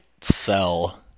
sell